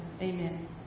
Amen